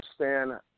understand